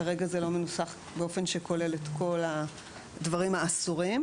כרגע זה לא מנוסח באופן שכולל את כל הדברים האסורים.